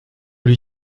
lui